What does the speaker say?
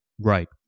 Right